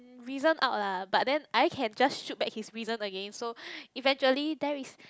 reason out lah but then I can just shoot back his reason again so eventually there is